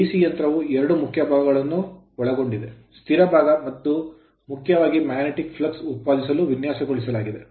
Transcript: DC ಯಂತ್ರವು ಎರಡು ಮುಖ್ಯ ಭಾಗಗಳನ್ನು ಒಳಗೊಂಡಿದೆ ಸ್ಥಿರ ಭಾಗ ಇದನ್ನು ಮುಖ್ಯವಾಗಿ magnetic flux ಮ್ಯಾಗ್ನೆಟಿಕ್ ಫ್ಲಕ್ಸ್ ಉತ್ಪಾದಿಸಲು ವಿನ್ಯಾಸಗೊಳಿಸಲಾಗಿದೆ